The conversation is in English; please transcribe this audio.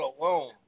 alone